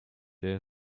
there